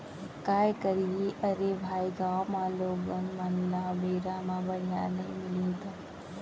काय करही अरे भाई गॉंव म लोगन मन ल बेरा म बनिहार नइ मिलही त